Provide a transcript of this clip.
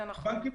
זה נכון.